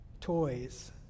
toys